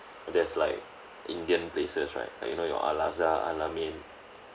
there's like indian places right like you know your al azhar al ameen